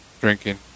drinking